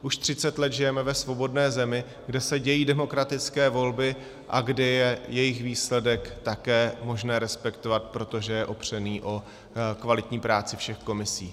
Už 30 let žijeme ve svobodné zemi, kde se dějí demokratické volby a kde je jejich výsledek také možné respektovat, protože je opřený o kvalitní práci všech komisí.